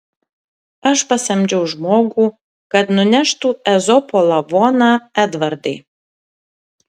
aš pasamdžiau žmogų kad nuneštų ezopo lavoną edvardai